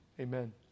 amen